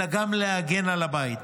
אלא גם להגן על הבית.